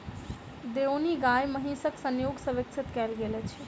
देओनी गाय महीसक संजोग सॅ विकसित कयल गेल अछि